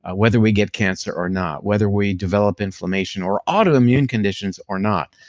ah whether we get cancer or not, whether we develop inflammation or autoimmune conditions or not.